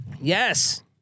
Yes